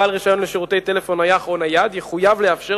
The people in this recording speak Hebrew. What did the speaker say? בעל רשיון לשירותי טלפון נייח או נייד יחויב לאפשר,